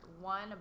one